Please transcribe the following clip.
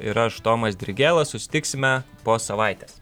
ir aš tomas dirgėla susitiksime po savaitės